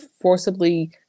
forcibly